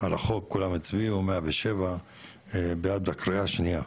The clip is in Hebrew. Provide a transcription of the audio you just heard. על החוק כולם הצביעו מאה ושבע בעד הקריאה השנייה.